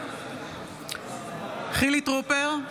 בעד חילי טרופר,